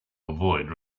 avoid